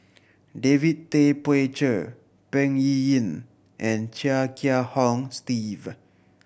David Tay Poey Cher Peng Yuyun and Chia Kiah Hong Steve